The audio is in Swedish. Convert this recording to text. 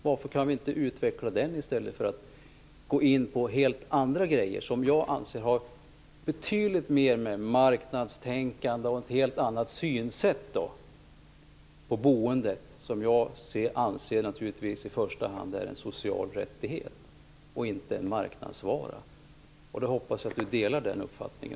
Varför kan vi inte utveckla den i stället för att gå in på helt andra saker som jag anser har betydligt mera med marknadstänkande att göra och som visar på en helt annan syn på boendet? Jag anser att bostaden i första hand är en social rättighet, inte en marknadsvara. Jag hoppas att Per Lager delar den uppfattningen.